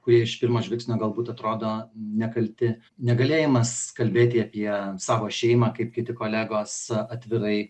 kurie iš pirmo žvilgsnio galbūt atrodo nekalti negalėjimas kalbėti apie savo šeimą kaip kiti kolegos atvirai